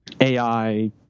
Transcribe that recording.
AI